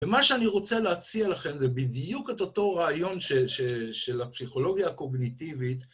ומה שאני רוצה להציע לכם זה בדיוק את אותו רעיון של הפסיכולוגיה הקוגניטיבית,